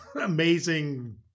amazing